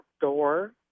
door